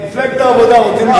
מפלגת העבודה רוצה,